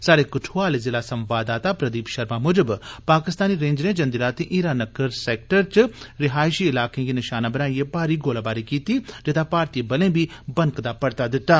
स्हाड़े कठुआ आहले जिला संवाददाता प्रदीप शर्मा मुजब पाकिस्तानी रेंजरें जंदी रातीं हीरानगर सैक्टर च रिहायशी इलाकें गी निशाना बनाइयै भारी गोलाबारी कीती जेह्दा भारती बलें बी बनकदा परता दित्ता